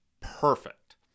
perfect